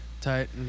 Tight